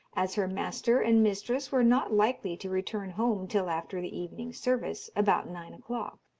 as her master and mistress were not likely to return home till after the evening's service, about nine o'clock.